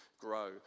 grow